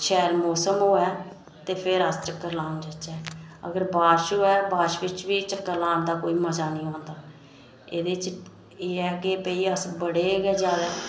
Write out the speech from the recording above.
शैल मौसम होऐ ते फिर अस चक्कर लान जाह्चै ते अगर बारिश होऐ ते बारिश बिच बी चक्कर लान दा मज़ा होऐ ते एह्दे च एह् ऐ कि भाई अस बड़े गै जादै